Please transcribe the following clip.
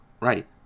Right